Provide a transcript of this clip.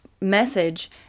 message